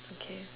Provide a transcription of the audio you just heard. okay